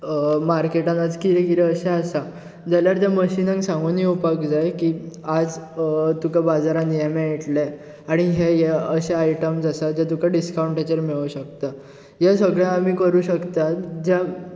मार्केटान आज कितें कितें अशें आसा जाल्यार त्या मशिनांक सांगून येवपाक जाय की आज तुका बाजारान हे मेळट्लें आनी हे हे अशे आयटम्स आसा जे तुका डिसकावण्टाचेर मेळोंक शकतात हें सगळें आमी कोरूंक शकता जे आम्